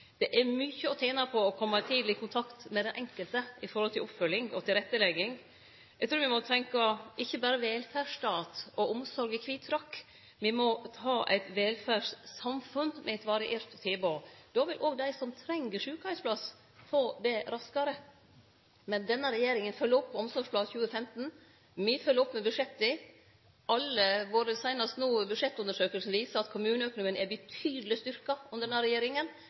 Det er mykje å tene på å kome tidleg i kontakt med den enkelte med omsyn til oppfølging og tilrettelegging. Eg trur me ikkje berre må tenkje velferdsstat og omsorg i kvit frakk; me må ha eit velferdssamfunn med eit variert tilbod. Då vil òg dei som treng ein sjukeheimsplass, få det raskare. Denne regjeringa følgjer opp Omsorgsplan 2015, og me følgjer opp med budsjett. Alle dei seinaste budsjettundersøkingar viser at kommuneøkonomien er betydeleg styrkt under denne regjeringa.